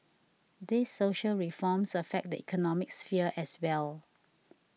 these social reforms affect the economic sphere as well